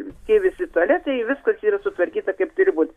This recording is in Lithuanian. tie visi tualetai viskas yra sutvarkyta kaip turi būt